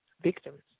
victims